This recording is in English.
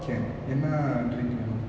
can என்னா:enna drink வேணும்:venum